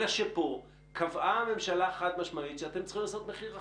אלא שפה הממשלה קבעה חד-משמעית שאתם צריכים לעשות מחיר אחיד,